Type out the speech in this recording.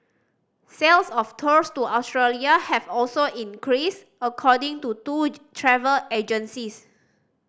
sales of tours to Australia have also increased according to two travel agencies